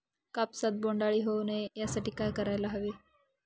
कापसात बोंडअळी होऊ नये यासाठी काय करायला हवे?